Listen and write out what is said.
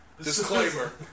disclaimer